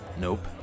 Nope